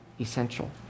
essential